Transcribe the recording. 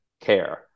care